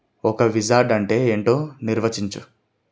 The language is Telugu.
ఒక విజార్డ్ అంటే ఏంటో నిర్వచించు